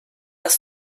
das